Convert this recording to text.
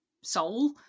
soul